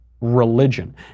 religion